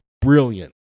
Brilliant